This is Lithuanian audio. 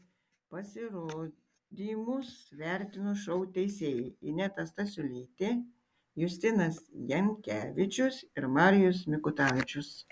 pasirodymus vertino šou teisėjai ineta stasiulytė justinas jankevičius ir marijus mikutavičius